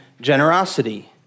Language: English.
generosity